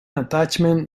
attachment